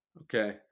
Okay